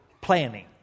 planning